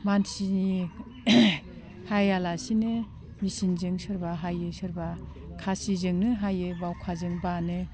मानसिनि हाया लासिनो मेसिनजों सोरबा हायो सोरबा खासिजोंनो हायो बावखाजों बानो